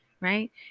right